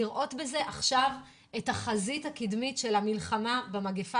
לראות בזה עכשיו את החזית הקדמית של המלחמה במגפה